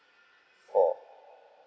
four